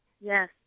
Yes